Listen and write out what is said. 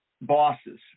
bosses